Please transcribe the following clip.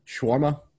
Shawarma